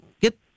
get